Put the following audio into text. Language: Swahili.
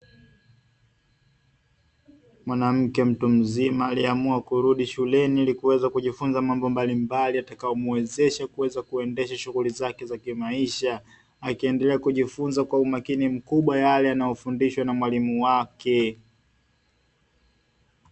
Mwanamke mtu mzima aliyeamua kurudi shuleni ili kuweza kujifunza mambo mbalimbali yatakayomuwezesha kuweza kuendesha shughuli zake za kimaisha, akiendelea kujifunza kwa umakini mkubwa yale aliyofundishwa na mwalimu wake.